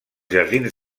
jardins